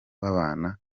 babana